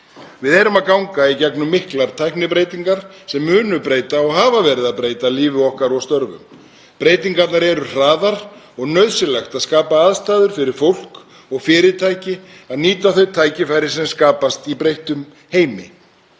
Við erum að ganga í gegnum miklar tæknibreytingar sem munu breyta og hafa verið að breyta lífi okkar og störfum. Breytingarnar eru hraðar og nauðsynlegt er að skapa aðstæður fyrir fólk og fyrirtæki til að nýta þau tækifæri sem skapast í breyttum heimi.